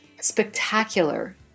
spectacular